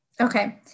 Okay